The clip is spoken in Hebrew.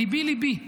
ליבי-ליבי,